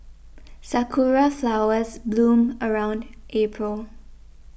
sakura flowers bloom around April